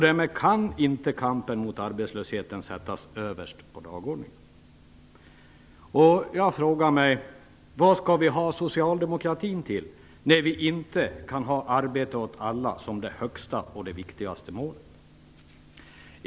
Därmed kan inte kampen mot arbetslösheten sättas överst på dagordningen. Jag frågar mig: Vad skall vi ha socialdemokratin till när vi inte kan ha arbete åt alla som det högsta och viktigaste målet?